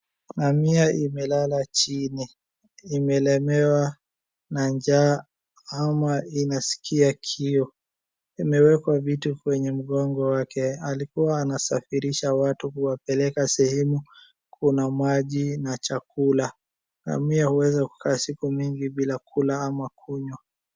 Ngamia imelala chini, imelemewa na njaa ama inaskia kiu, imewekwa vitu kwenye mgongo wake alikua anasafirisha watu kuwapeleka sehemu kuna maji na chakula, ngamia huweza kukaa siku nyingi bila kula ama kunywa.